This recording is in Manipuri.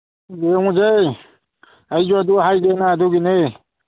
ꯌꯦꯡꯉꯨꯁꯦ ꯑꯩꯁꯨ ꯑꯗꯨ ꯍꯥꯏꯒꯦꯅ ꯑꯗꯨꯒꯤꯅꯦ